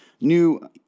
new